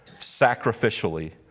sacrificially